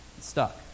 stuck